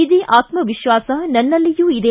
ಇದೇ ಆತ್ಮವಿಶ್ವಾಸ ನನ್ನಲ್ಲಿಯೂ ಇದೆ